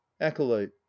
acolyte